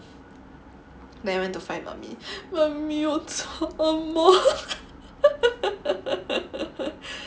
then I went to find mummy mummy 我做恶梦